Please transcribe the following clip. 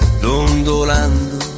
dondolando